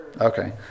Okay